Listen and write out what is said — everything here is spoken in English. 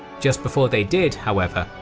just before they did, however,